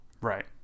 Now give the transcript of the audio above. Right